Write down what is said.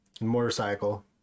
motorcycle